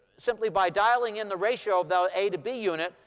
simply by dialing in the ratio of the a to b unit,